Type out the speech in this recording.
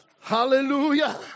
Hallelujah